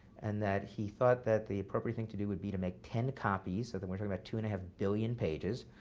and he thought that the appropriate thing to do would be to make ten copies, so then we're talking about two and a half billion pages.